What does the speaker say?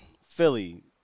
Philly